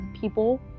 people